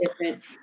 different